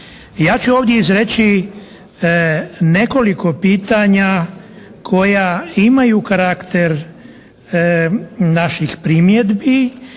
Ja ću ovdje izreći nekoliko pitanja koja imaju karakter naših primjedbi